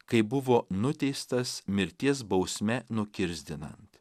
kai buvo nuteistas mirties bausme nukirsdinant